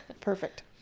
perfect